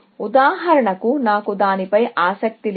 ఉదాహరణకు నాకు దానిపై ఆసక్తి లేదు